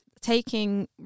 taking